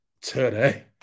Today